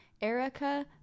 Erica